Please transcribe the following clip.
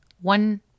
one